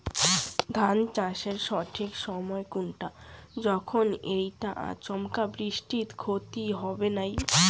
ধান চাষের সঠিক সময় কুনটা যখন এইটা আচমকা বৃষ্টিত ক্ষতি হবে নাই?